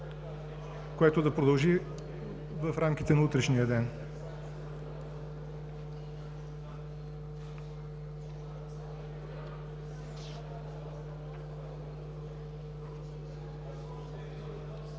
което да продължи в рамките на утрешния ден.